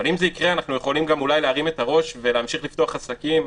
אבל אם זה יקרה נוכל גם אולי להרים את הראש ולהמשיך לפתוח עסקים,